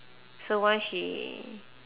so once she